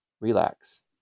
Relax